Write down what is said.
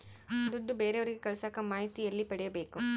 ದುಡ್ಡು ಬೇರೆಯವರಿಗೆ ಕಳಸಾಕ ಮಾಹಿತಿ ಎಲ್ಲಿ ಪಡೆಯಬೇಕು?